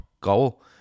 goal